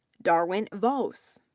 darwin vas,